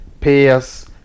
payers